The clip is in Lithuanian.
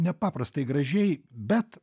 nepaprastai gražiai bet